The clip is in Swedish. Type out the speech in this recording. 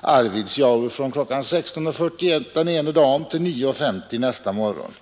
Arvidsjaur från kl. 16.41 den ena dagen till kl. 9.50 nästa morgon.